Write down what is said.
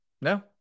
no